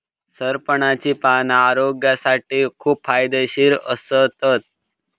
सरपणाची पाना आरोग्यासाठी खूप फायदेशीर असतत